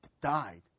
died